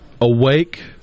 awake